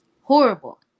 Horrible